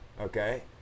okay